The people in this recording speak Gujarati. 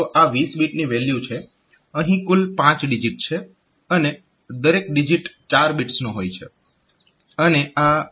તો આ 20 બીટની વેલ્યુ છે અહીં કુલ 5 ડિજીટ છે અને દરેક ડિજીટ 4 બિટ્સનો હોય છે